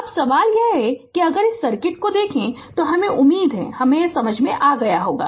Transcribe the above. अब सवाल यह है कि अगर इस सर्किट को देखें तो हमे उम्मीद है कि हमे यह समझ में आ गया होगा